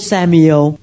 Samuel